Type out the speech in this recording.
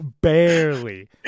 barely